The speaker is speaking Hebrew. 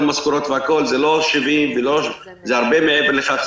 משכורות זה לא 70 --- זה הרבה מעבר לכך.